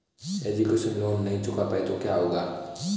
Education loan नहीं चुका पाए तो क्या होगा?